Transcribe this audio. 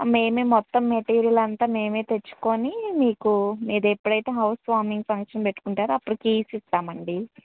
మేమే మొత్తం మెటీరియల్ అంతా మేమే తెచ్చుకొని మీకు మీద ఎప్పుడైతే హౌస్ వామింగ్ ఫంక్షన్ పెట్టుకుంటారు అప్పుడు కీస్ ఇస్తామండి